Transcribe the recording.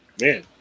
Man